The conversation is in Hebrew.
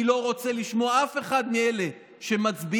אני לא רוצה לשמוע אף אחד מאלה שמצביעים